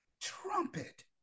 trumpet